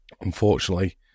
unfortunately